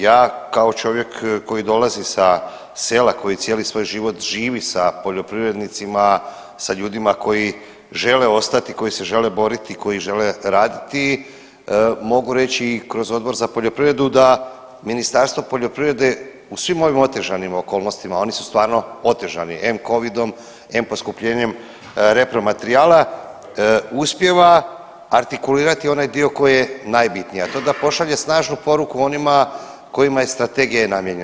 Ja kao čovjek koji dolazi sa sela, koji cijeli svoj život živi sa poljoprivrednicima, sa ljudima koji žele ostati, koji se žele boriti, koji žele raditi mogu reći i kroz Odbor za poljoprivredu da Ministarstvo poljoprivrede u svim ovim otežanim okolnostima oni su stvarno otežani, em covidom, em poskupljenjem repromaterijala uspijeva artikulirati onaj dio koji je najbitniji, a to da pošalje snažnu poruku onima kojima je strategija i namijenjena.